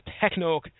Techno